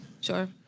Sure